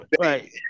right